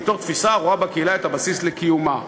מתוך תפיסה הרואה בקהילה את הבסיס לקיומה.